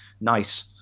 nice